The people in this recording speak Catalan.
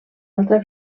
altra